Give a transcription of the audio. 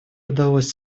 удавалось